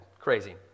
crazy